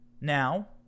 now